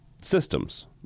systems